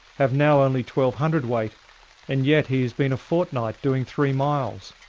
have now only twelve hundredweight and yet he has been a fortnight doing three miles,